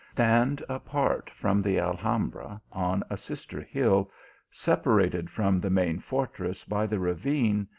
stand apart from the al hambra, on a sister hill separated from the main fortress by the lavine,